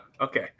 Okay